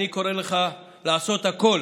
אני קורא לך לעשות הכול